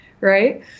right